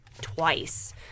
twice